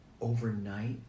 overnight